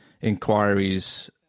inquiries